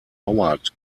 howard